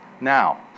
Now